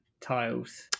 tiles